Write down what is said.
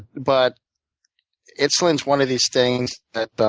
but insulin is one of these things that